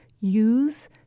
use